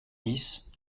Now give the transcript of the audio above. dix